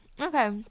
Okay